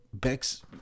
Bex